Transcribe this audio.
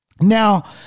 now